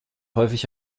häufig